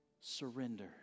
Surrender